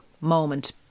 moment